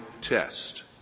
test